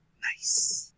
Nice